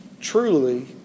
truly